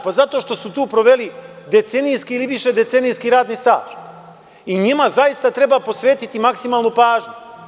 Pa zato što su tu proveli decenijski ili više decenijski radni staž i njima zaista treba posvetiti maksimalnu pažnju.